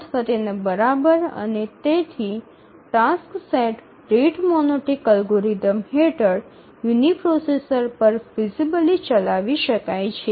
૮૨ અને તેથી tasks set rate monotonic algorithm હેઠળ યુનિપ્રોસેસર પર ફિઝિબલી ચલાવી શકાય છે